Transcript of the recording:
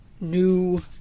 New